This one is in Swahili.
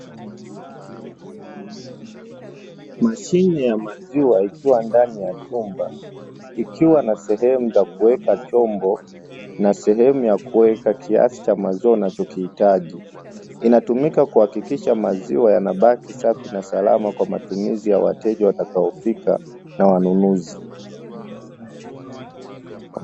Mashine ya maziwa ikiwa ndani ya chumba ikiwa na sehemu ya kuweka chombo na sehemu ya kuweka kiasi cha maziwa unachokihitaji, inatumika kuhakikisha maziwa yanabaki safi na salama kwa matumizi ya wateja watakaofika na wanunuzi.